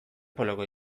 poloko